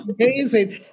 amazing